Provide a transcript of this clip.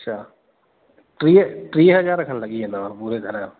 अच्छा टीह टीह हजार खनि लॻी वेंदव पूरे घर जा